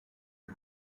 que